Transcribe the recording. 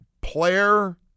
player